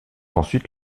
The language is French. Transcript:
ensuite